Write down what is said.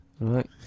right